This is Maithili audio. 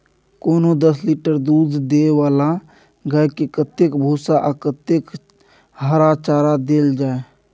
कोनो दस लीटर दूध दै वाला गाय के कतेक भूसा आ कतेक हरा चारा देल जाय?